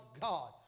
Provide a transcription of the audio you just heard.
God